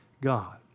God